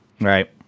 Right